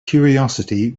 curiosity